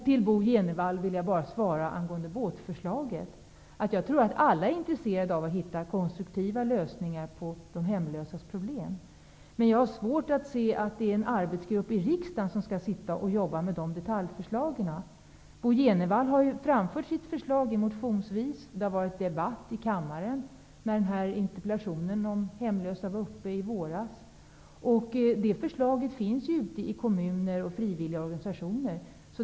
Till Bo Jenevall vill jag bara med anledning av hans förslag säga att alla, tror jag, är intresserade av att hitta konstruktiva lösningar på de hemlösas problem. Men jag har svårt att se att en arbetsgrupp i riksdagen skall arbeta med detaljförslagen. Bo Jenevall har framfört sitt förslag motionsvis. Det har varit en interpellationsdebatt i kammaren om hemlösa i våras. Det förslaget finns ute i kommuner och frivilligorganisationer.